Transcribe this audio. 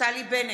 נפתלי בנט,